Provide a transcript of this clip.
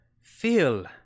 feel